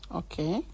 okay